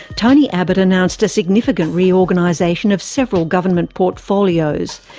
tony abbott announced a significant reorganisation of several government portfolios.